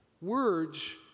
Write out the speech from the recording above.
Words